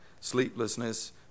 sleeplessness